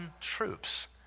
troops